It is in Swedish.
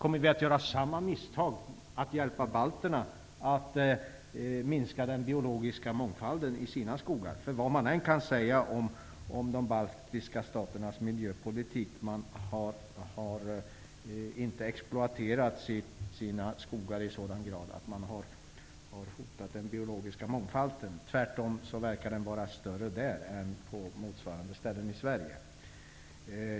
Kommer vi att göra om våra egna misstag när vi hjälper balterna och minska den biologiska mångfalden i deras skogar? Vad man än kan säga om de baltiska staternas miljöpolitik, så inte har de exploaterat sina skogar i sådan grad att det har hotat den biologiska mångfalden. Den verkar tvärtom vara större där än på motsvarande ställen i Sverige.